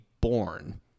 born